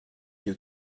you